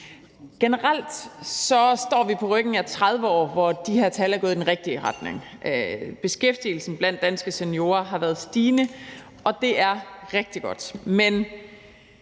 Generelt står vi på ryggen af 30 år, hvor de her tal er gået i den rigtige retning. Beskæftigelsen blandt danske seniorer har været stigende, og det er rigtig godt.